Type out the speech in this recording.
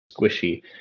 squishy